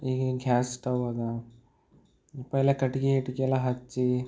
ಈಗಿನ gas stove ಅದ ಪೆಹ್ಲಾ ಕಟ್ಗೆ ಗಿಟ್ಗೆ ಎಲ್ಲ ಹಚ್ಚಿ